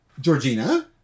Georgina